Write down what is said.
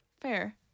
Fair